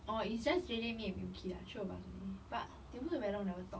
orh it's just jay jay me and miungkhee ah three of us only but they also very long never talk